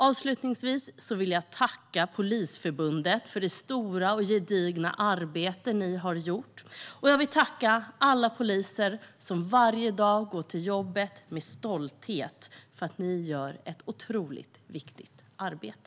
Jag vill tacka Polisförbundet för det stora och gedigna arbete ni har gjort, och jag vill tacka alla poliser som varje dag går till jobbet med stolthet. Ni gör ett otroligt viktigt arbete!